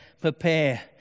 prepare